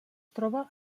troba